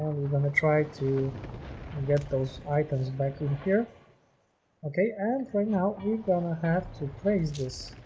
we're gonna try to get those items back in here okay and for now we're gonna have to place this